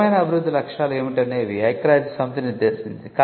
స్థిరమైన అభివృద్ధి లక్ష్యాలు ఏమిటి అనేవి ఐక్యరాజ్యసమితి నిర్దేశించింది